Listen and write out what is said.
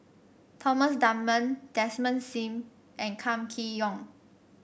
Thomas Dunman Desmond Sim and Kam Kee Yong